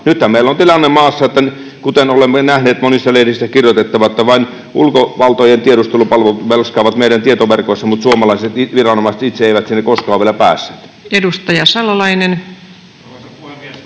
Nythän meillä on sellainen tilanne maassa, kuten olemme nähneet monissa lehdissä kirjoitettavan, että vain ulkovaltojen tiedustelupalvelut melskaavat meidän tietoverkoissamme mutta suomalaiset viranomaiset itse eivät sinne koskaan ole vielä päässeet. [Speech